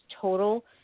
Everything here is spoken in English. total